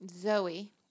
Zoe